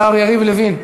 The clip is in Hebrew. השר יריב לוין.